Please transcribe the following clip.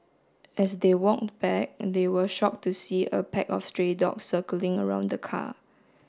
as they walked back and they were shocked to see a pack of stray dogs circling around the car